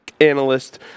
analyst